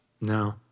No